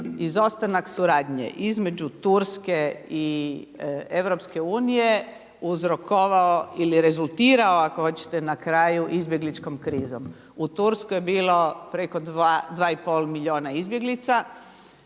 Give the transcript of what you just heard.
izostanak suradnje između Turske i EU uzrokovao ili rezultirao ako hoćete na kraju izbjegličkom krizom. U Turskoj je bilo preko 2,5 milijuna izbjeglica.